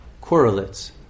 correlates